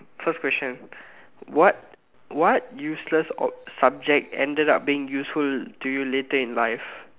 first question what what useless ob~ subject ended up being useful to you later in life